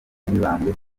mibambwe